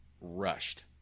rushed